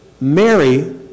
Mary